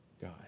God